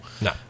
no